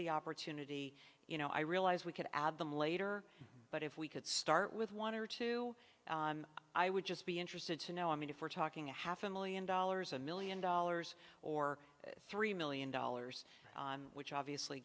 the opportunity you know i realize we could add them later but if we could start with want to or to i would just be interested to know i mean if we're talking a half a million dollars a million dollars or three million dollars on which obviously